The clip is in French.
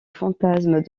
fantasme